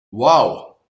wow